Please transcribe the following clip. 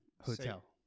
Hotel